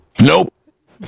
Nope